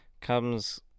comes